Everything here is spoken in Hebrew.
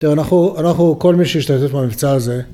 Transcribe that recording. אנחנו, אנחנו כל מי שישתתף במבצע הזה